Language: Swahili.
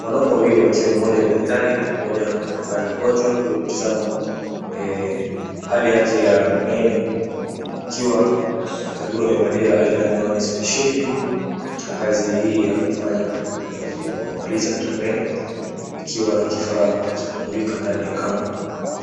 Wanaume wawili wakiwa mmoja ni daktari na mmoja anaonekana ni mgonjwa, amekuja kutazamwa hali yake ya meno, ikiwa daktari huyu amevalia aina ya miwani spesheli katika kazi hii ya kufanya ya kuangaliza katika meno, ikiwa na kifaa cha kumulika ndani ya kinywa